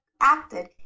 acted